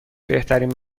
بهترین